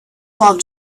love